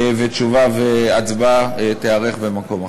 ותשובה והצבעה יהיו במקום אחר.